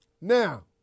Now